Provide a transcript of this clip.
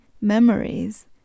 memories